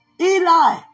Eli